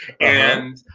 and